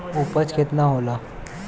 उपज केतना होला?